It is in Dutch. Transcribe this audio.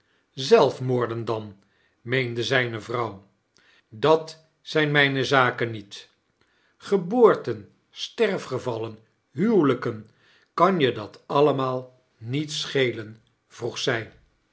zelfmoorden dan meende zijne vrouw dat zijn mijne zaken niet geboorten sterfgevallen huwelijken kan je dat allemaal niets schelen vroeg zij